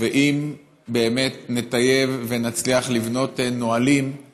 ואם באמת נטייב ונצליח לבנות נהלים של